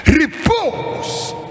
repose